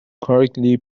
correctly